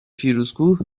فیروزکوه